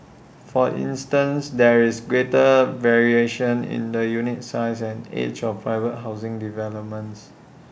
for instance there is greater variation in the unit size and age of private housing developments